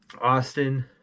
Austin